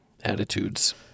attitudes